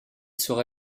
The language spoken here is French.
sera